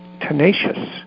tenacious